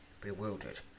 Bewildered